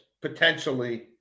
potentially